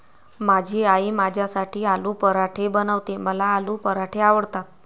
माझी आई माझ्यासाठी आलू पराठे बनवते, मला आलू पराठे आवडतात